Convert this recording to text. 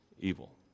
evil